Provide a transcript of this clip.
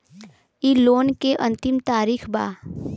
इ लोन के अन्तिम तारीख का बा?